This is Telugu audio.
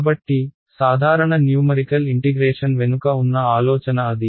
కాబట్టి సాధారణ న్యూమరికల్ ఇంటిగ్రేషన్ వెనుక ఉన్న ఆలోచన అది